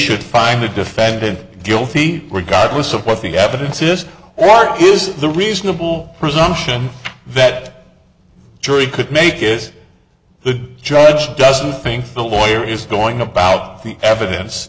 should find the defendant guilty regardless of what the evidence is or is the reasonable presumption that jury could make is the judge doesn't think the lawyer is going about the evidence